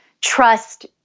trust